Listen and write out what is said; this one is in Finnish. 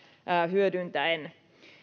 hyödyntäen